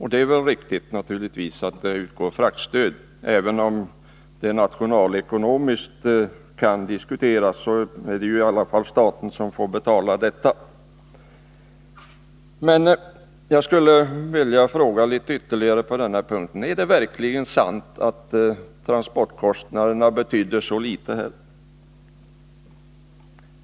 Det är naturligtvis riktigt att det utgår fraktstöd — även om det nationalekonomiskt kan diskuteras är det i alla fall staten som får betala detta. Men jag skulle vilja fråga litet ytterligare på denna punkt: Är det verkligen sant att transportkostnaderna betyder så litet här?